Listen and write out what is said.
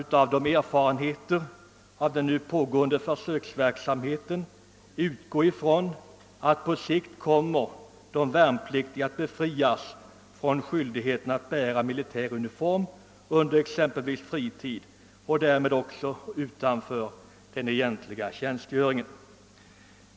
På grundval av erfarenheterna av den nu pågående försöksverksamheten har man väl anledning att utgå från att de värnpliktiga i framtiden kommer att befrias från skyldighet att bära militär uniform under fredstid utanför den egentliga tjänstgöringen.